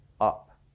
up